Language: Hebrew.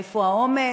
מאיפה האומץ.